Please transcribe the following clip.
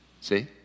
See